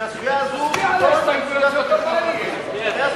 שאר ההסתייגויות להוריד.